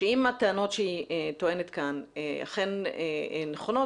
שאם הטענות שהיא טוענת כאן אכן נכונות,